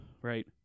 right